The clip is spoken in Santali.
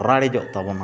ᱨᱟᱲᱮᱡᱚᱜ ᱛᱟᱵᱚᱱᱟ